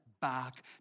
back